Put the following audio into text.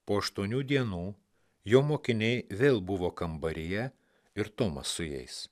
po aštuonių dienų jo mokiniai vėl buvo kambaryje ir tomas su jais